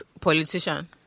politician